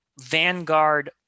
vanguard